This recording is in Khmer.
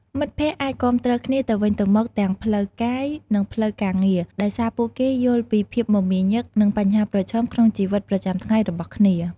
មិត្តភក្តិអាចគាំទ្រគ្នាទៅវិញទៅមកទាំងផ្លូវចិត្ត និងផ្លូវការងារ ដោយសារពួកគេយល់ពីភាពមមាញឹក និងបញ្ហាប្រឈមក្នុងជីវិតប្រចាំថ្ងៃរបស់គ្នា។